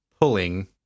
pulling